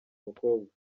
mukobwa